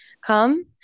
come